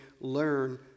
learn